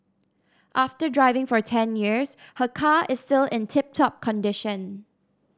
after driving for ten years her car is still in tip top condition